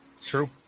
true